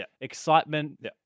excitement